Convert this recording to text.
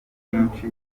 bwinshi